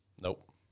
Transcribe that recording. Nope